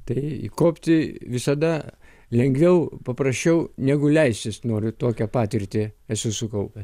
tai įkopti visada lengviau paprasčiau negu leistis noriu tokią patirtį esu sukaupęs